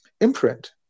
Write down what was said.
imprint